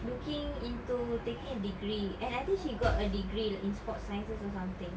looking into taking a degree and I think she got a degree like in sports sciences or something